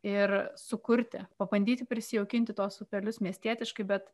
ir sukurti pabandyti prisijaukinti tuos upelius miestietiškai bet